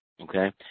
okay